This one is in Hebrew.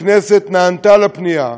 הכנסת נענתה לפנייה,